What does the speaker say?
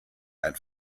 ein